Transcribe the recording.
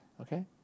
okay